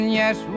yes